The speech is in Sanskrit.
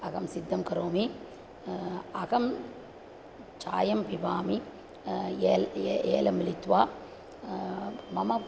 अहं सिद्धं करोमि अहं चायं पिबामि एल् ए एल् मिलित्वा मम